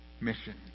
mission